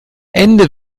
ende